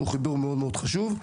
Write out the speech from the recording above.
הוא חיבור חשוב מאוד.